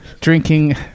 drinking